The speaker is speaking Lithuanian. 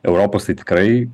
europos tai tikrai